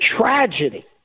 tragedy